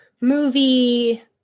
movie